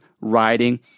riding